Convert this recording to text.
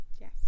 Yes